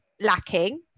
lacking